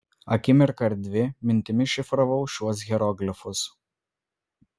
akimirką ar dvi mintimis šifravau šiuos hieroglifus